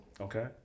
Okay